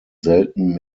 selten